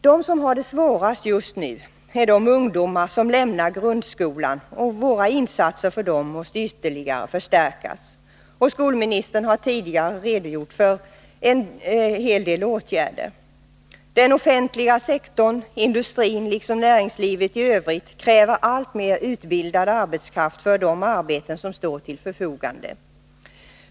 De som har det svårast just nu är de ungdomar som lämnar grundskolan, och våra insatser för dem måste ytterligare förstärkas. Skolministern har tidigare redogjort för en hel del åtgärder i den riktningen. Den offentliga sektorn och industrin liksom näringslivet i övrigt kräver alltmer utbildad arbetskraft för de arbeten som står till förfogande.